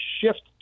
shift